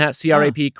crap